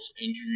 injuries